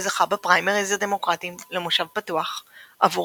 וזכה בפריימריז הדמוקרטים למושב פתוח עבור